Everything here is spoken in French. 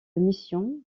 mission